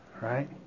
Right